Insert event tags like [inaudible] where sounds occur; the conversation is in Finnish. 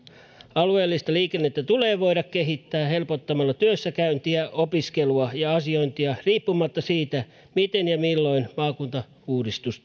alueellista liikennettä on voitava kehittää helpottamaan työssäkäyntiä opiskelua ja asiointia riippumatta siitä miten ja milloin maakuntauudistus [unintelligible]